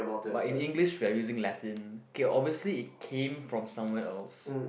but in English we are using Latin K obviously it came from somewhere else